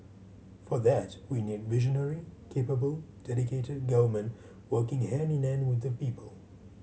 for that we need visionary capable dedicated government working hand in hand with the people